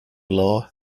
law